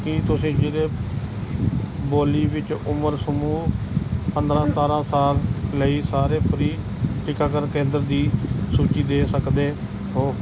ਕੀ ਤੁਸੀਂ ਜ਼ਿਲ੍ਹਾ ਬੋਲੀ ਵਿੱਚ ਉਮਰ ਸਮੂਹ ਪੰਦਰਾਂ ਸਤਾਰਾਂ ਸਾਲ ਲਈ ਸਾਰੇ ਫ੍ਰੀ ਟੀਕਾਕਰਨ ਕੇਂਦਰ ਦੀ ਸੂਚੀ ਦੇ ਸਕਦੇ ਹੋ